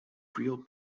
real